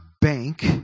bank